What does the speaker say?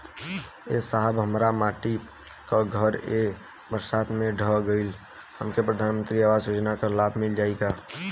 ए साहब हमार माटी क घर ए बरसात मे ढह गईल हमके प्रधानमंत्री आवास योजना क लाभ मिल जाई का?